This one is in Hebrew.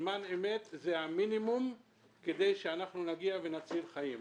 זמן אמת הוא המינימום כדי שאנחנו נגיע ונציל חיים.